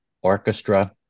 Orchestra